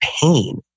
pain